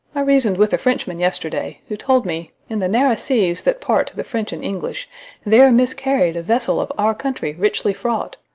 i reason'd with a frenchman yesterday, who told me in the narrow seas that part the french and english there miscarried a vessel of our country richly fraught.